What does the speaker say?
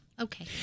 okay